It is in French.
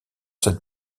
cette